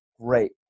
great